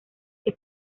que